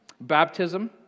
Baptism